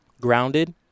grounded